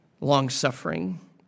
long-suffering